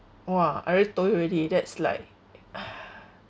!wah! I already told you already that's like ah